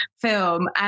film